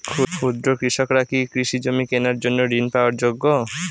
ক্ষুদ্র কৃষকরা কি কৃষি জমি কেনার জন্য ঋণ পাওয়ার যোগ্য?